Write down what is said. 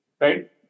right